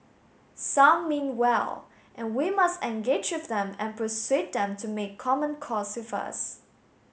some mean well and we must engage with them and persuade them to make common cause with us